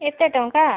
ଏତେ ଟଙ୍କା